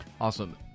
awesome